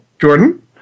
Jordan